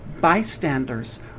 bystanders